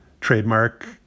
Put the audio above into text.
trademark